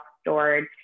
stored